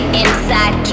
inside